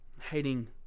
hating